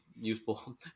useful